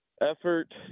effort